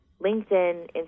LinkedIn